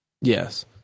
Yes